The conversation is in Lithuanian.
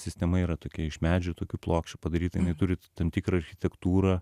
sistema yra tokia iš medžio tokių plokščių padaryta jinai turi tam tikrą architektūrą